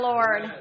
Lord